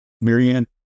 Marianne